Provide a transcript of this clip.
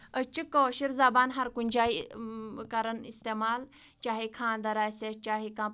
أسۍ چھِ کٲشِر زَبان ہَر کُنہِ جایہِ کَران اِستعمال چاہے خانٛدر آسہِ چاہے کانٛہہ